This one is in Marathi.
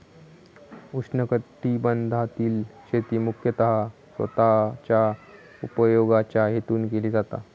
उष्णकटिबंधातील शेती मुख्यतः स्वतःच्या उपयोगाच्या हेतून केली जाता